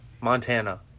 Montana